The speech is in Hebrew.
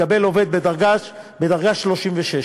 מתקבל עובד בדרגה 36,